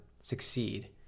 succeed